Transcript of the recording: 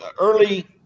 early